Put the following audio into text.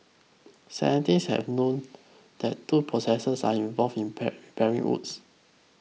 scientists have long that two processes are involved in pair repairing wounds